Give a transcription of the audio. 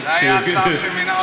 זה היה השר שמינה אותך.